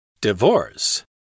Divorce